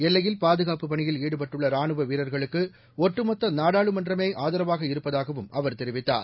எல்லையில் பாதுகாப்புப் பனியில் ஈடுபட்டுள்ள ரானுவ வீரர்களுக்கு ஒட்டுமொத்த நாடாளுமன்றமே ஆதரவாக இருப்பதாகவும் அவர் தெரிவித்தார்